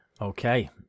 Okay